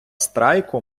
страйку